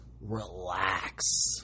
relax